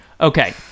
Okay